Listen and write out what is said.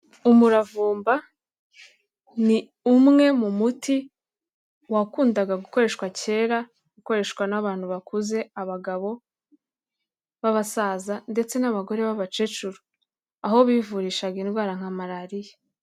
Umuravumba ni umwe mu muti wakundaga gukoreshwa kera ukoreshwa n'abantu bakuze abagabo b'abasaza ndetse n'abagore n'abakecuru aho bivurishaga indwara nka malariya.